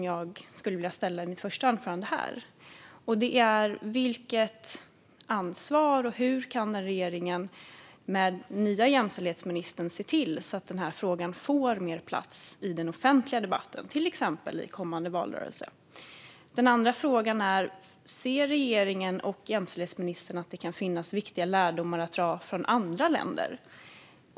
Jag har två frågor till att ställa. Hur kan regeringen och den nya jämställdhetsministern se till att denna fråga får mer plats i den offentliga debatten, till exempel i kommande valrörelse? Ser regeringen och jämställdhetsministern att det kan finnas viktiga lärdomar att dra från andra länder?